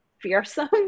fearsome